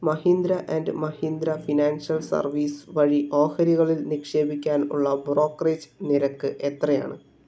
Mahindra and Mahindra financial service വഴി ഓഹരികളിൽ നിക്ഷേപിക്കാനുള്ള ബ്രോക്കറേജ് നിരക്ക് എത്രയാണ്